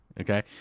Okay